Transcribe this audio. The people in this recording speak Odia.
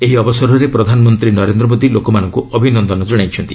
ଏହି ଅବସରରେ ପ୍ରଧାନମନ୍ତ୍ରୀ ନରେନ୍ଦ୍ର ମୋଦି ଲୋକମାନଙ୍କୁ ଅଭିନନ୍ଦନ ଜଣାଇଛନ୍ତି